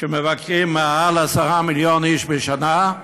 שמבקרים בו יותר מ-10 מיליון איש בשנה,